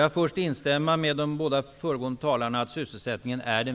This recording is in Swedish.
Herr talman!